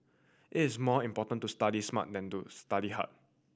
it is more important to study smart than to study hard